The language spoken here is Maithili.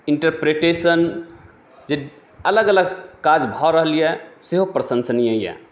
इन्टरप्रेटेशन जे अलग अलग काज भऽ रहल यऽ सेहो प्रशंसनीय यऽ